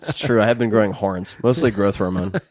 true. i have been growing horns, mostly growth hormone.